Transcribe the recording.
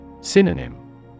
Synonym